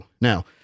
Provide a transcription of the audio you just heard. Now